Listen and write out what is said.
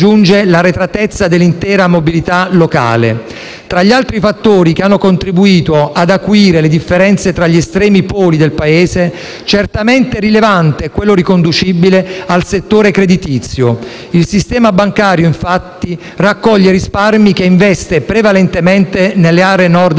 l'arretratezza dell'intera mobilità locale. Tra gli altri fattori che hanno contribuito ad acuire le differenze tra gli estremi poli del Paese, certamente rilevante è quello riconducibile al settore creditizio. Il sistema bancario, infatti, raccoglie risparmi che investe prevalentemente nelle aree nord del